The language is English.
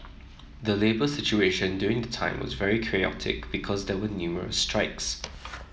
the labour situation during the time was very chaotic because there were numerous strikes